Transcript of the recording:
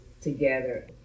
together